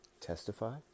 Testify